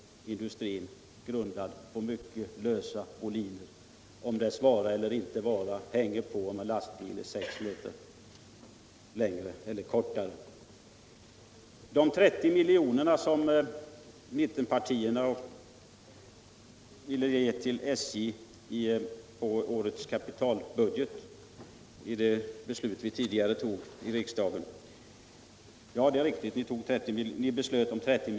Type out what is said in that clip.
I så fall står industrin sannerligen på en mycket lös grund, om dess vara eller inte vara hänger på om ett lastbilsfordon är 6 m längre eller kortare. " Vad sedan beträffar de ytterligare 30 miljoner som mittenpartierna ville anslå till SJ i årets kapitalbudget är det riktigt att vi fattade det beslut som herr Gustafson angav.